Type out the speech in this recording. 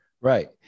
Right